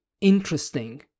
interesting